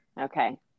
okay